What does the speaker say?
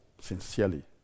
sincerely